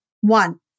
One